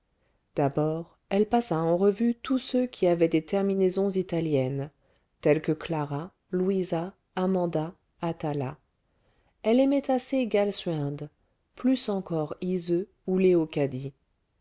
d'abord elle passa en revue tous ceux qui avaient des terminaisons italiennes tels que clara louisa amanda atala elle aimait assez galsuinde plus encore yseult ou